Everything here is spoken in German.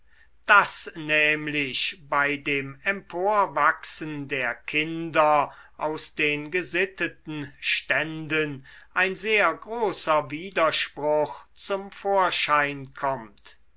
daß nämlich bei dem emporwachsen der kinder aus den gesitteten ständen ein sehr großer widerspruch zum vorschein kommt